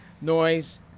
noise